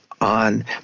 on